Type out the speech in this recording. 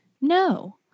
no